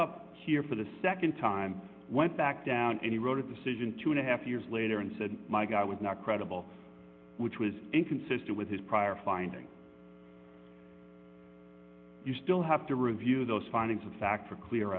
up here for the nd time went back down and he wrote a decision two and a half years later and said my guy was not credible which was inconsistent with his prior finding you still have to review those findings of fact a clear